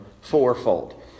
fourfold